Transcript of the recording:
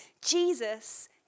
Jesus